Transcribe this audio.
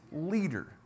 leader